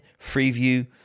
Freeview